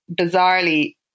bizarrely